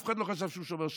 אף אחד לא חשב שהוא שומר שבת.